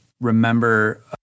remember